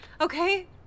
Okay